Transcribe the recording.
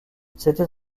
c’était